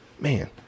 man